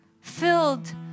filled